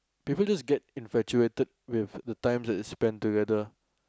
people just get infatuated with the time that they spent together